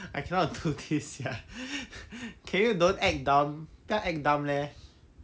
I cannot leh can you don't act dumb don't act dumb leh